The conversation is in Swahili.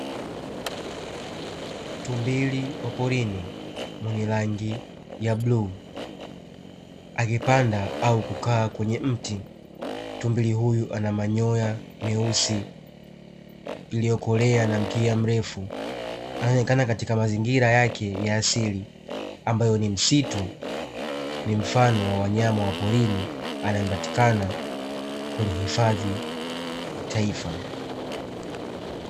Tumbili wa porini mwenye rangi ya bluu akipanda au kukaa kwenye mti, tumbili huyu ana manyoya meusi iliyokolea na mkia mrefu anaonekana katika mazingira yake ya asili ambayo ni msitu, ni mfano wa wanyama wa porini anayepatikana kwenye hifadhi ya taifa.